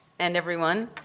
and everyone.